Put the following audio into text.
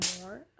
more